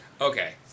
Okay